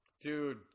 dude